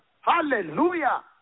Hallelujah